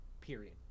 Period